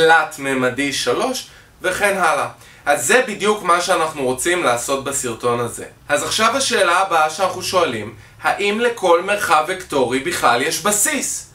תלת מימדי 3 וכן הלאה אז זה בדיוק מה שאנחנו רוצים לעשות בסרטון הזה אז עכשיו השאלה הבאה שאנחנו שואלים האם לכל מרחב וקטורי בכלל יש בסיס?